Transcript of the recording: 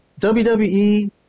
WWE